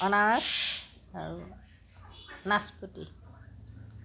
আনাৰছ আৰু নাচপতি